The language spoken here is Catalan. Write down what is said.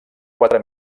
quatre